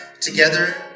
Together